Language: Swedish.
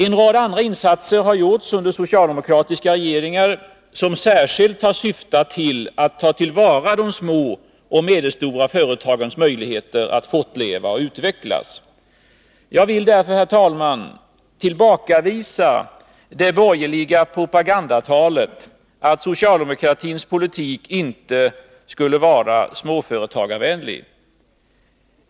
En rad andra insatser har gjorts under socialdemokratiska regeringar som har syftat särskilt till att ta till vara de små och medelstora företagens möjligheter att fortleva och utvecklas. Jag vill därför, herr talman, tillbakavisa det borgerliga propagandatalet att socialdemokratisk politik inte skulle vara småföretagarvänlig.